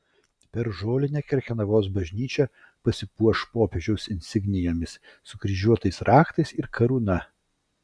per žolinę krekenavos bažnyčia pasipuoš popiežiaus insignijomis sukryžiuotais raktais ir karūna